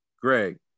Greg